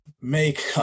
make